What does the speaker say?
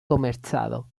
komercado